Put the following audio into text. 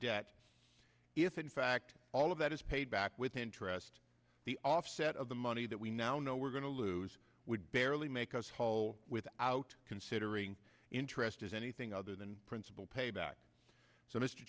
debt if in fact all of that is paid back with interest the offset of the money that we now know we're going to lose would barely make us whole without considering interest as anything other than principal payback so